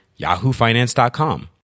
yahoofinance.com